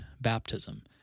baptism